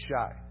shy